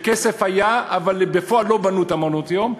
וכסף היה אבל בפועל לא בנו את מעונות-היום.